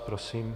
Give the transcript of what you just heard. Prosím.